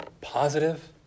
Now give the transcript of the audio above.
positive